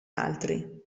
altri